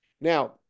Now